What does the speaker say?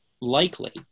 likely